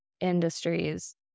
industries